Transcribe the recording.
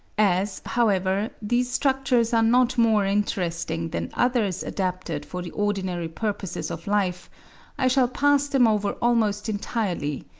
as, however, these structures are not more interesting than others adapted for the ordinary purposes of life i shall pass them over almost entirely,